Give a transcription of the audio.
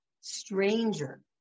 stranger